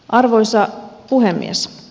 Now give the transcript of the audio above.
arvoisa puhemies